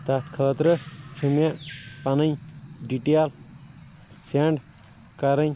تتھ خٲطرٕ چھُ مےٚ پنٕنۍ ڈِٹیل سیٚنڈ کرٕنۍ